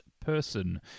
person